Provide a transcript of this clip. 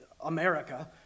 America